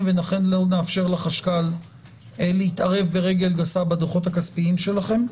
ולכן לא נאפשר לחשכ"ל להתערב ברגל גסה בדוחות הכספיים שלכם.